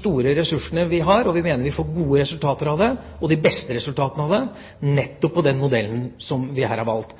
store ressurser, og vi mener at vi har fått de beste resultater, nettopp med den modellen som vi her har valgt.